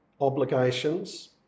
obligations